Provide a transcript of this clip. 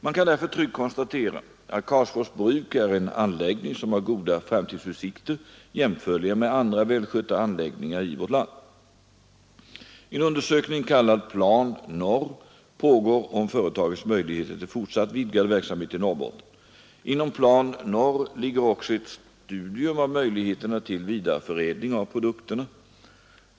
Man kan därför tryggt konstatera att Karlsborgs bruk är en anläggning som har goda framtidsutsikter, jämförliga med andra välskötta anläggningar i Sverige. En undersökning, kallad Plan Norr, pågår om företagets möjligheter till fortsatt vidgad verksamhet i Norrbotten. Inom Plan Norr ligger också ett studium av möjligheterna till vidareförädling av produkterna.